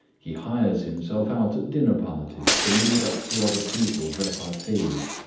he hires himself out at dinner-parties to lead up to other people's repartees.